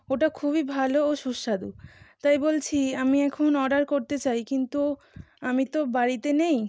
ওটা খুবই ভালো ও সুস্বাদু তাই বলছি আমি এখন অর্ডার করতে চাই কিন্তু আমি তো বাড়িতে নেই